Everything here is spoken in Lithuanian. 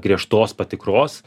griežtos patikros